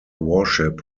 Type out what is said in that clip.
warship